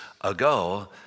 ago